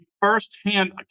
firsthand